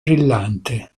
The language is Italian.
brillante